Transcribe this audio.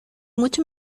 mucho